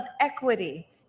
equity